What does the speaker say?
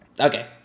okay